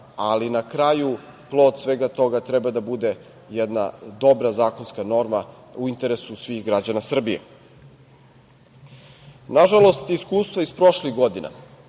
ali na kraju plod svega toga treba da bude jedna dobra zakonska norma u interesu svih građana Srbije. Nažalost, iskustvo iz prošlih godina,